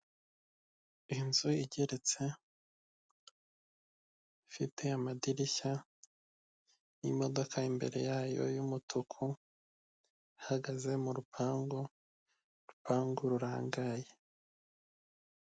Inzu igeretse ifite amadirishya n'imodoka imbere yayo y'umutuku ihagaze mu rupangumbu urupangu rurangaye.